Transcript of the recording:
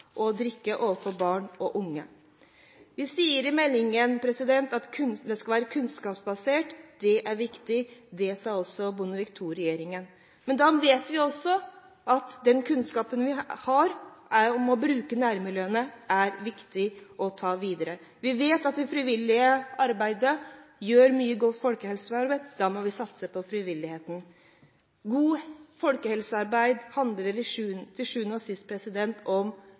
og drikke overfor barn og unge. Man sier i meldingen at folkehelsepolitikken skal være kunnskapsbasert. Det er viktig. Det sa også Bondevik II-regjeringen. Da vet vi også at den kunnskapen vi har om å bruke nærmiljøene, er viktig å ta med seg videre. Vi vet at de frivillige organisasjonene gjør mye godt folkehelsearbeid. Da må vi satse på frivilligheten. Godt folkehelsearbeid handler til sjuende og sist om